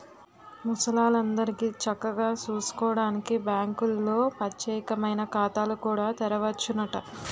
ముసలాల్లందరికీ చక్కగా సూసుకోడానికి బాంకుల్లో పచ్చేకమైన ఖాతాలు కూడా తెరవచ్చునట